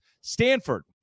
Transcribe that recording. Stanford